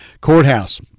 Courthouse